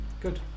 Good